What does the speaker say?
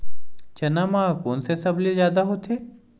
चना म कोन से सबले जादा होथे?